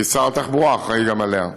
כי שר התחבורה אחראי גם עליה.